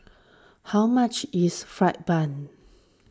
how much is Fried Bun